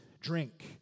drink